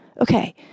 Okay